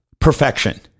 perfection